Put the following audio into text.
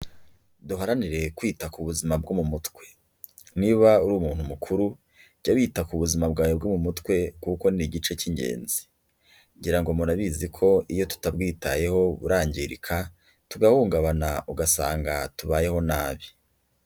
Duharanire kwita ku buzima bwo mu mutwe. Niba uri umuntu mukuru, jya wita ku buzima bwawe bwo mu mutwe kuko ni igice cy'ingenzi. Ngira ngo murabizi ko iyo tutabyitayeho burangirika, tugahungabana ugasanga tubayeho nabi.